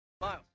Miles